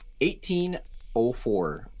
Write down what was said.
1804